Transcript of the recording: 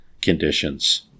conditions